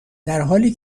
درحالی